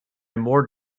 more